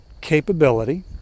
capability